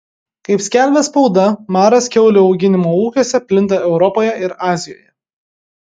kaip skelbia spauda maras kiaulių auginimo ūkiuose plinta europoje ir azijoje